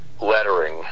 lettering